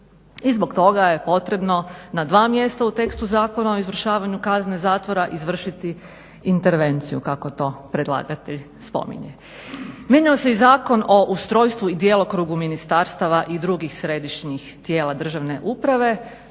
I zbog toga je potrebno na dva mjesta u tekstu zakona o izvršavanju kazne zatvora izvršiti intervenciju kako to predlagatelj spominje. Mijenjao se i Zakon o ustrojstvu i djelokrugu ministarstava i drugih središnji tijela državne uprave